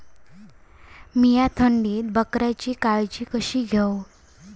मीया थंडीत बकऱ्यांची काळजी कशी घेव?